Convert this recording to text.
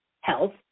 health